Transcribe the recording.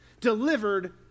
delivered